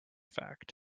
fact